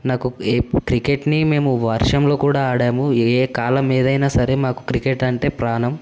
నాకు క్రికెట్ని మేము వర్షంలో కూడా ఆడాము ఏ ఏ కాలం ఏదైనా సరే మాకు క్రికెట్ అంటే ప్రాణం